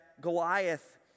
Goliath